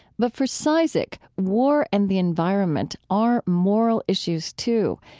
but for cizik, war and the environment are moral issues too,